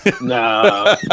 No